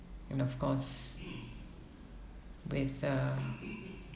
and of course with the